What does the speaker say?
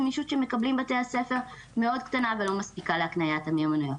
הגמישות שמקבלים בתי הספר מאוד קטנה ולא מספיקה להקניית המיומנויות.